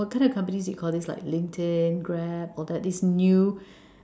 what kind of companies do you call these like LinkedIn Grab all that these new